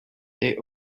they